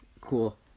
Cool